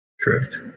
Correct